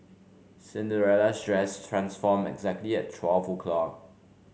Cinderella's dress transformed exactly at twelve o'clock